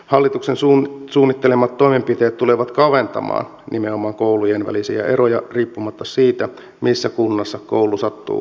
hallituksen suunnittelemat toimenpiteet tulevat kaventamaan nimenomaan koulujen välisiä eroja riippumatta siitä missä kunnassa koulu sattuu sijaitsemaan